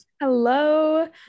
hello